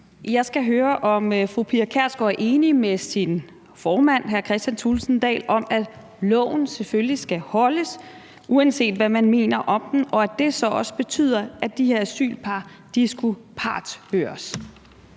Jeg skal høre, om fru Pia Kjærsgaard er enig med sin formand, hr. Kristian Thulesen Dahl, i, at loven selvfølgelig skal holdes, uanset hvad man mener om den, og at det så også betyder, at de her asylpar skulle partshøres.